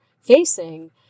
facing